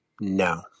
no